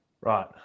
Right